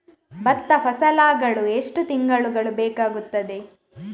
ಭತ್ತ ಫಸಲಾಗಳು ಎಷ್ಟು ತಿಂಗಳುಗಳು ಬೇಕಾಗುತ್ತದೆ?